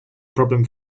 problem